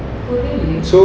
oh really